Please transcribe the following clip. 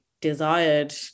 desired